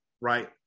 Right